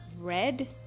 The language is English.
red